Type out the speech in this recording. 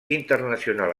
internacional